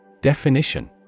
Definition